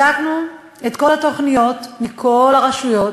בדקנו את כל התוכניות, מכל הרשויות,